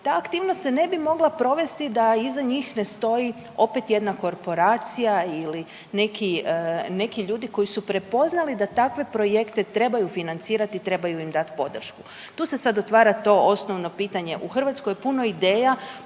ta aktivnost se ne bi mogla provesti da iza njih ne stoji opet jedna korporacija ili neki ljudi koji su prepoznali da takve projekte trebaju financirati i trebaju im dati podršku. Tu se sad otvara to osnovno pitanje u Hrvatskoj je puno ideja,